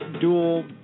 dual